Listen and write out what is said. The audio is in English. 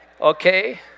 Okay